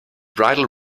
bridal